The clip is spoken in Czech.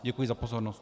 Děkuji za pozornost.